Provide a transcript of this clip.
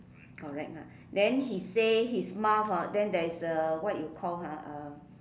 correct ah then he say his mouth ah then there's a what you call ah uh